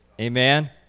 Amen